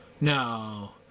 No